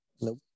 Nope